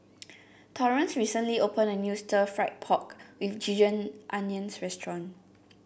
Torrence recently opened a new Stir Fried Pork with Ginger Onions restaurant